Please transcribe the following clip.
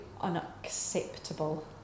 unacceptable